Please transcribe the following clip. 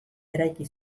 eraiki